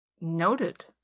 Noted